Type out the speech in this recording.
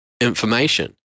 information